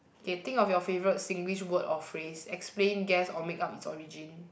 K think of your favourite Singlish word or phrase explain guess or make-up it's origin